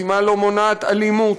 וחסימה לא מונעת אלימות.